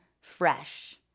fresh